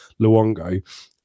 Luongo